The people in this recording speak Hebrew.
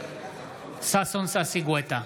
ששון ששי גואטה,